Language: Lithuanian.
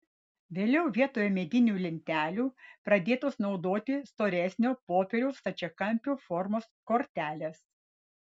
vėliau vietoj medinių lentelių pradėtos naudoti storesnio popieriaus stačiakampio formos kortelės